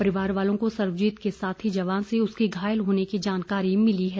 परिवार वालों को सर्वजीत के साथी जवान से उसके घायल होने की जानकारी मिली है